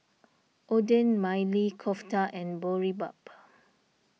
Oden Maili Kofta and Boribap